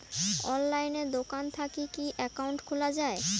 অনলাইনে দোকান থাকি কি একাউন্ট খুলা যায়?